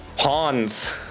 Pawns